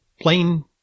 plain